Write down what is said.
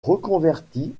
reconvertit